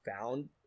found